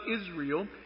Israel